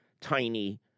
tiny